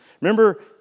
Remember